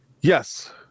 Yes